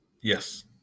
Yes